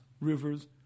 rivers